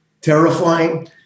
terrifying